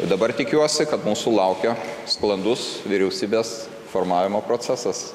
dabar tikiuosi kad mūsų laukia sklandus vyriausybės formavimo procesas